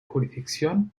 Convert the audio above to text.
jurisdicción